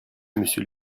monsieur